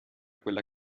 quella